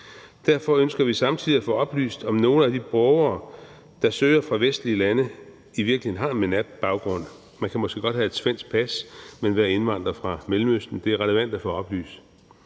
Derfor ønsker vi samtidig at få oplyst, om nogle af de borgere, der søger fra vestlige lande, i virkeligheden har en MENAPT-baggrund. Man kan måske godt have et svensk pas, men være indvandrer fra Mellemøsten. Det er relevant at få oplyst.